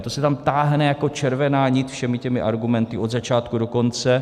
To se tam táhne jako červená nit všemi těmi argumenty od začátku do konce.